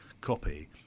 copy